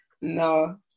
No